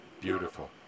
Beautiful